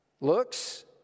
Looks